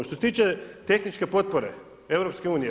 Što se tiče tehničke potpore EU.